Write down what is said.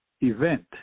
event